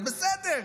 זה בסדר.